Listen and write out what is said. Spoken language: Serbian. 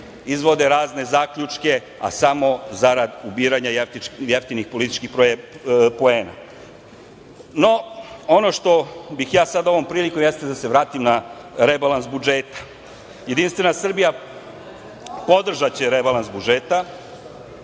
izvode razne zaključke a samo zarad biranja jeftinih političkih poena.No, ono što bih ja sada ovom prilikom jeste da se vratim na rebalans budžeta. Jedinstvena Srbija podržaće rebalans budžeta.